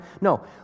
No